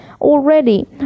already